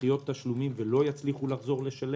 דחיות התשלומים ולא יצליחו לחזור לשלם,